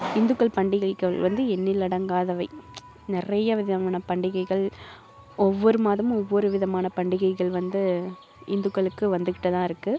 இந்துக்கள் பண்டிகைகள் வந்து எண்ணில் அடங்காதவை நிறைய விதமான பண்டிகைகள் ஒவ்வொரு மாதமும் ஒவ்வொரு விதமான பண்டிகைகள் வந்து இந்துக்களுக்கு வந்துக்கிட்டு தான் இருக்குது